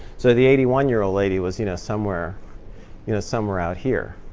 so the eighty one year old lady was you know somewhere you know somewhere out here.